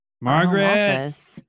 Margaret